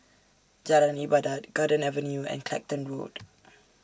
Jalan Ibadat Garden Avenue and Clacton Road